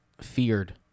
feared